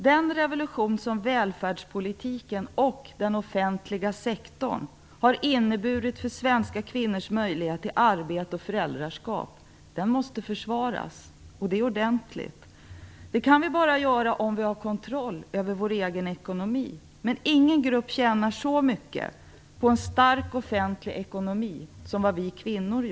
Den revolution som välfärdspolitiken och den offentliga sektorn har inneburit för svenska kvinnors möjlighet till arbete och föräldraskap måste försvaras, och det ordentligt. Det kan vi bara göra om vi har kontroll över vår egen ekonomi. Men ingen grupp tjänar så mycket på en stark offentlig ekonomi som vi kvinnor.